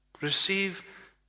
Receive